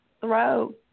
throw